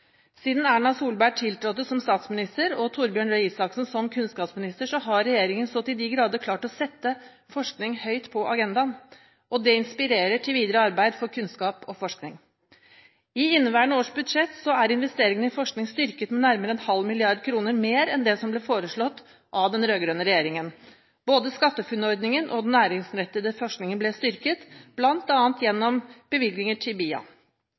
Siden Erna Solberg tiltrådte som statsminister og Torbjørn Røe Isaksen som kunnskapsminister, har regjeringen så til de grader klart å sette forskning høyt på agendaen. Det inspirerer til videre arbeid for kunnskap og forskning. I inneværende års budsjett er investeringene i forskning styrket med nærmere 0,5 mrd. kr mer enn det som ble foreslått av den rød-grønne regjeringen. Både SkatteFUNN-ordningen og den næringsrettede forskningen ble styrket, bl.a. gjennom bevilgninger til BIA.